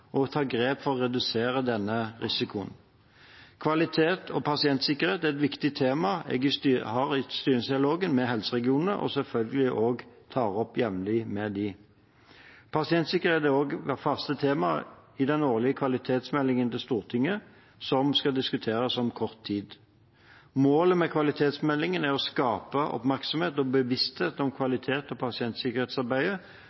ta grep for å redusere denne risikoen. Kvalitet og pasientsikkerhet er et viktig tema jeg har i styringsdialogen med helseregionene, og som jeg selvfølgelig jevnlig tar opp med dem. Pasientsikkerhet har også vært fast tema i den årlige kvalitetsmeldingen til Stortinget, som skal diskuteres om kort tid. Målet med kvalitetsmeldingen er å skape oppmerksomhet og bevissthet om